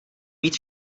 mít